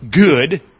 good